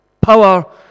power